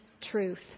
truth